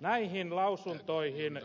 näihin lausuntoihin